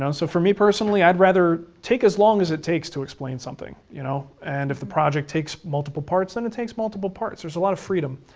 and so for me, personally, i'd rather take as long as it takes to explain something, you know and if the project takes multiple parts, then it takes multiple parts. there's a lot of freedom,